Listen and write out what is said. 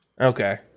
Okay